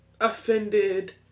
offended